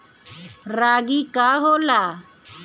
रागी का होला?